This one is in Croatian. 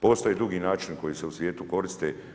Postoje drugi načini koji se u svijetu koriste.